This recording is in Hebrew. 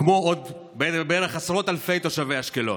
כמו עוד עשרות אלפי תושבי אשקלון.